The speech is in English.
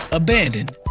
abandoned